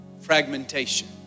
Fragmentation